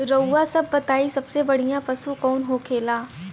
रउआ सभ बताई सबसे बढ़ियां पशु कवन होखेला?